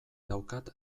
daukat